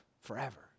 forever